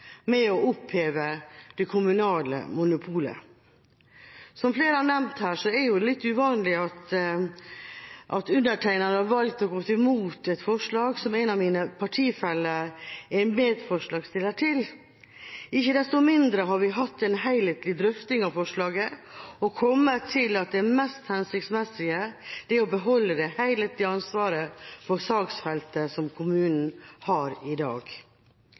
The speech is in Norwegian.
med oppmålingsforretning. Det er altså denne helheten forslaget vil bryte opp ved å oppheve det kommunale monopolet. Som flere har nevnt, er det litt uvanlig at jeg har valgt å gå mot et forslag som en av mine partifeller er medforslagsstiller til. Ikke desto mindre har vi hatt en helhetlig drøfting av forslaget og kommet til at det mest hensiktsmessige er å beholde det helhetlige ansvaret for saksfeltet som kommunene har i dag.